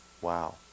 Wow